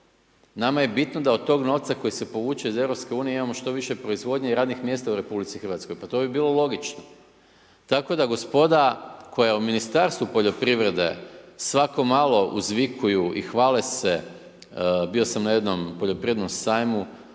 Nama je bitno da od tog novca koji se povuče iz EU imamo što više proizvodnje i radnih mjesta u RH, pa to bi bilo logično. Tako da gospoda koja u Ministarstvu poljoprivrede svako malo uzvikuju i hvale se, bio sam na jednom poljoprivrednom sajmu,